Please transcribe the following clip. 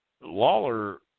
Lawler